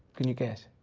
can you guess?